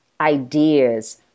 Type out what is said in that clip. ideas